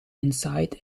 inside